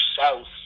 south